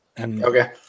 Okay